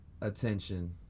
attention